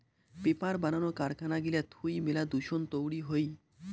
paper বানানো কারখানা গিলা থুই মেলা দূষণ তৈরী হই